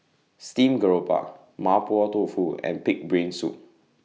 Steamed Garoupa Mapo Tofu and Pig'S Brain Soup